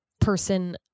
person